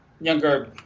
younger